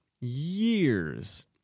years